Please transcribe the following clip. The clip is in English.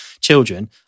children